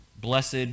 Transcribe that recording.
blessed